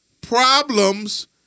problems